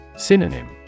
Synonym